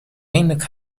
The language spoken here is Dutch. eindelijk